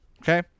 Okay